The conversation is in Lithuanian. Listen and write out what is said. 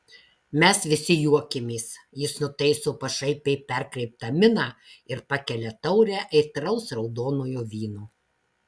mes visi juokiamės jis nutaiso pašaipiai perkreiptą miną ir pakelia taurę aitraus raudonojo vyno